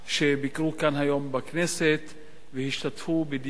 שביקרו היום כאן בכנסת והשתתפו בדיונים